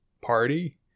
party